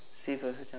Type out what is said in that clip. see first which one